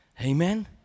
Amen